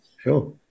sure